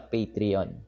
Patreon